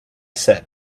said